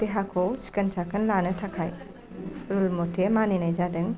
देहाखौ सिखोन साखोन लाखिनो थाखाय रुल मथे मानिनाय जादों